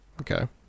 Okay